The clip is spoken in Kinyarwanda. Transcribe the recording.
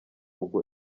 ubwo